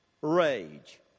rage